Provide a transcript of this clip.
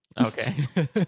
Okay